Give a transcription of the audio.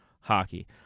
hockey